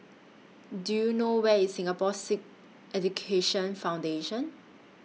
Do YOU know Where IS Singapore Sikh Education Foundation